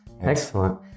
Excellent